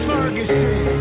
Ferguson